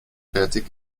fertig